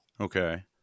Okay